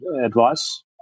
advice